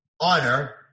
Honor